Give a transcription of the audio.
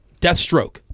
Deathstroke